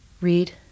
Read